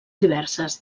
diverses